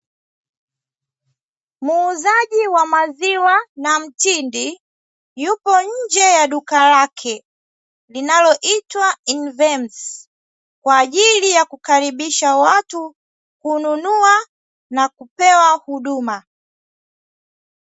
Muuzaji wa maziwa na mtindi yupi nje ya duka lake, linaloitwa "Invemsi" kwa ajili ya kukaribisha watu, kununua na kupewa huduma.